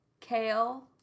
kale